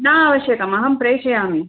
नावश्यकम् अहं प्रेषयामि